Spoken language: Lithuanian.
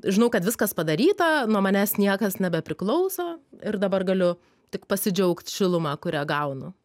žinau kad viskas padaryta nuo manęs niekas nebepriklauso ir dabar galiu tik pasidžiaugt šiluma kurią gaunu